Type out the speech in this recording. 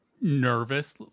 nervous